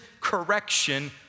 correction